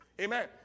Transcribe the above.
Amen